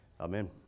amen